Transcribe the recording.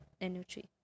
energy